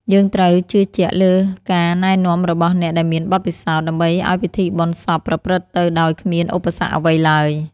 យើងត្រូវជឿជាក់លើការណែនាំរបស់អ្នកដែលមានបទពិសោធន៍ ដើម្បីឱ្យពិធីបុណ្យសពប្រព្រឹត្តទៅដោយគ្មានឧបសគ្គអ្វីឡើយ។